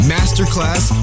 Masterclass